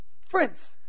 Friends